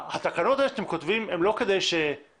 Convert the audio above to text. התקנות האלה שאתם כותבים הן לא כדי שהממשלה